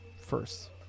first